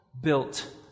built